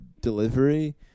delivery